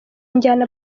njyana